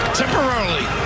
temporarily